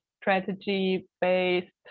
strategy-based